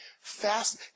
fast